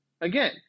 Again